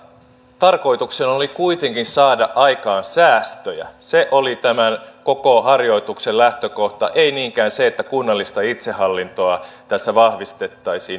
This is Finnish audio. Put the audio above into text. tarkoituksena oli kuitenkin saada aikaan säästöjä se oli tämän koko harjoituksen lähtökohta ei niinkään se että kunnallista itsehallintoa tässä vahvistettaisiin